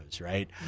right